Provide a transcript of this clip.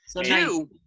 Two